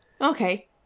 Okay